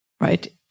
right